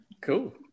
Cool